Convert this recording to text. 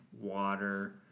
water